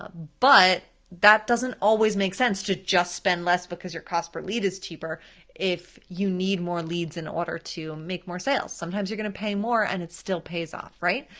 ah but that doesn't always make sense to just spend less because your cost per lead is cheaper if you need more leads in order to make more sales. sometimes you're gonna pay more, and it still pays off, right?